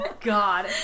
God